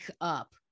up